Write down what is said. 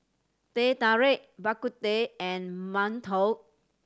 Teh Tarik Bak Kut Teh and mantou